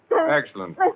Excellent